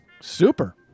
Super